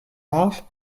larges